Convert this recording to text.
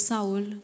Saul